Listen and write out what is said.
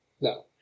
No